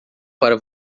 para